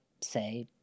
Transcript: say